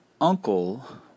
uncle